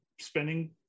spending